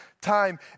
time